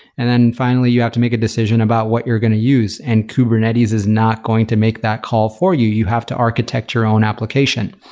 and finally, you have to make a decision about what you're going to use, and kubernetes is not going to make that call for you. you have to architect your own application.